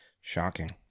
Shocking